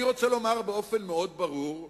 אני רוצה לומר באופן מאוד ברור,